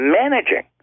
managing